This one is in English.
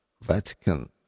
Vatican